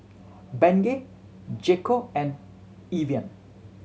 Bengay J Co and Evian